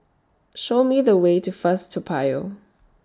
Show Me The Way to First Toa Payoh